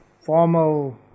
formal